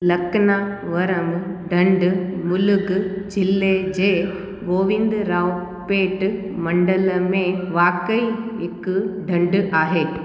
लकनावरम ढंढु मुलुगु जिले जे गोविंदरावपेट मंडल में वाकई हिकु ढंढु आहे